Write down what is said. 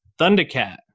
Thundercat